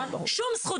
שום זכות.